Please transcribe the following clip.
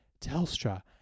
Telstra